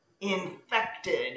infected